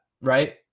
right